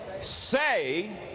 say